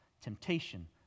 Temptation